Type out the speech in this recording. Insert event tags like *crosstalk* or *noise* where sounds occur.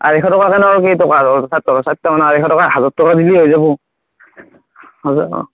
আঢ়ৈশ টকা আৰু কেই টকা *unintelligible* ষাঠি টা হাজাৰ টকা দিলে হৈ যাব হৈ যাব